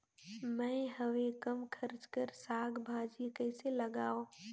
मैं हवे कम खर्च कर साग भाजी कइसे लगाव?